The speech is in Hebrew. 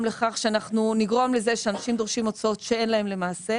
לכך שאנחנו נגרום לזה שאנשים דורשים הוצאות שאין להם למעשה,